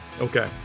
Okay